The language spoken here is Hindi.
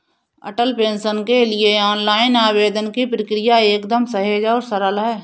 अटल पेंशन के लिए ऑनलाइन आवेदन की प्रक्रिया एकदम सहज और सरल है